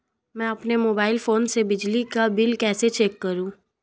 मैं अपने mobile phone से बिजली का बिल कैसे चेक करूं?